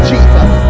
Jesus